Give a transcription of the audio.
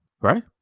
right